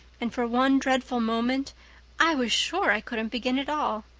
and for one dreadful moment i was sure i couldn't begin at all.